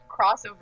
crossover